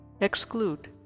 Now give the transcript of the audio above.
exclude